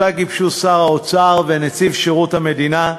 שגיבשו אותה שר האוצר ונציב שירות המדינה,